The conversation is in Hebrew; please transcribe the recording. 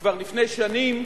כבר לפני שנים,